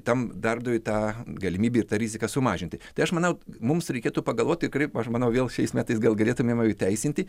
tam darbui tą galimybę ir tą riziką sumažinti tai aš manau mums reikėtų pagalvot tikrai aš manau vėl šiais metais gal galėtumėm įteisinti